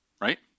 right